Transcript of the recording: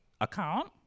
account